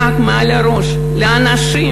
גג מעל הראש לאנשים,